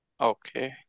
Okay